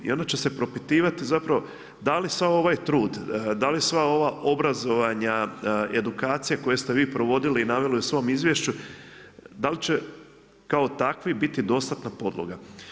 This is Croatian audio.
I onda će se propitivati zapravo da li sav ovaj trud, da li sva ova obrazovanja, edukacije koje ste vi provodili i naveli u svom izvješću dali će kao takvi biti dostatna podloga.